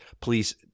please